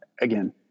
again